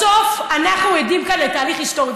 בסוף, אנחנו עדים כאן לתהליך היסטורי.